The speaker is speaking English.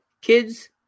Kids